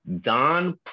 Don